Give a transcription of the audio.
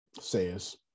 says